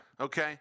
Okay